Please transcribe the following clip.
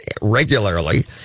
regularly